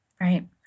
Right